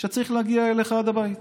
שצריך להגיע אליך עד הבית